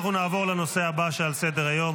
אנחנו נעבור לנושא הבא שעל סדר-היום,